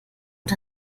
und